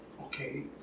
Okay